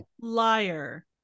liar